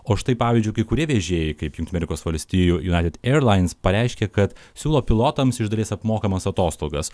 o štai pavyzdžiui kai kurie vežėjai kaip jungtinių amerikos valstijų united airlines pareiškė kad siūlo pilotams iš dalies apmokamas atostogas